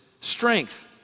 strength